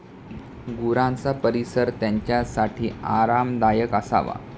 गुरांचा परिसर त्यांच्यासाठी आरामदायक असावा